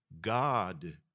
God